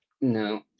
No